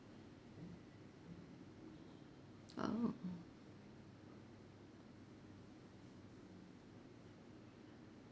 oh